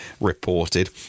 reported